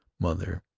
mother!